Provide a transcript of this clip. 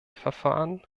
verfahren